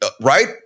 right